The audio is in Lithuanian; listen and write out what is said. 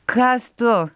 kas tu